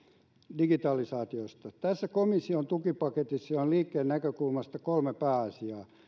digitalisaatiosta tässä komission tukipaketissa on liikkeen näkökulmasta kolme pääasiaa